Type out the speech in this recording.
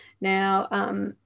Now